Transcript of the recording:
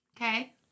Okay